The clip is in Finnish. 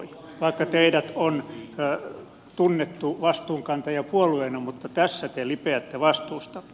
vaikka teidät on tunnettu vastuunkantajapuolueena niin tässä te lipeätte vastuusta